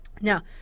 Now